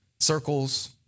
circles